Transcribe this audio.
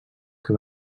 que